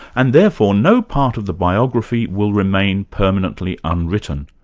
and therefore no part of the biography will remain permanently unwritten.